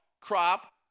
crop